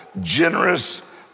generous